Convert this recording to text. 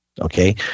Okay